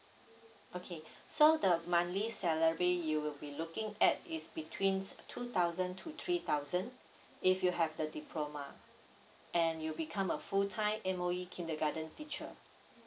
okay so the monthly salary you will be looking at is between the two thousand two three thousand if you have the diploma and you become a full time M_O_E kindergarten teacher